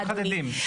אדוני.